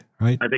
right